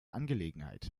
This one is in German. angelegenheit